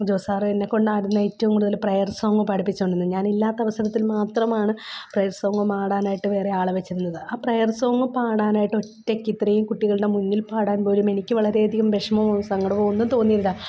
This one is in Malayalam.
ജോസ് സാറ് എന്നെക്കൊണ്ടായിരുന്നു ഏറ്റവും കൂടുതൽ പ്രയർ സോങ് പാടിപ്പിച്ചുകൊണ്ടിരുന്നത് ഞാനില്ലാത്ത അവസരത്തിൽ മാത്രമാണ് പ്രയർ സോങ് പാടാനായിട്ട് വേറെ ആളെ വെച്ചിരുന്നത് ആ പ്രയർ സോങ് പാടാനായിട്ട് ഒറ്റയ്ക്ക് ഇത്രയും കുട്ടികളുടെ മുന്നിൽ പാടാൻ പോലും എനിക്ക് വളരെയധികം വിഷമമോ സങ്കടമോ ഒന്നും തോന്നിയില്ല